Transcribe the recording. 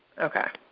okay,